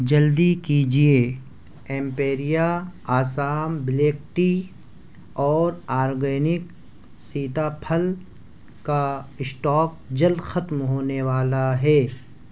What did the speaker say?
جلدی کیجیے Imperia Assam black tea اور آرگینک سیتا پھل کا اسٹاک جلد ختم ہونے والا ہے